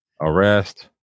arrest